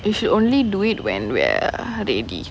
you should only do it when we're at eighty